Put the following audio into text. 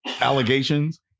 allegations